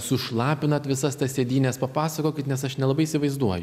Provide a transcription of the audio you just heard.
sušlapinat visas tas sėdynes papasakokit nes aš nelabai įsivaizduoju